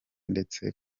ndetse